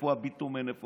איפה הביטומן?